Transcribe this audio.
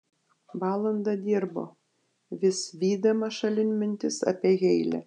valandą dirbo vis vydamas šalin mintis apie heile